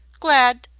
glad.